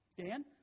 Dan